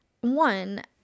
one